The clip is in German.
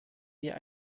wir